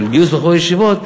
של גיוס בחורי ישיבות,